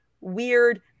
weird